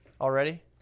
already